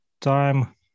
time